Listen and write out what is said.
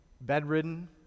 bedridden